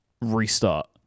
restart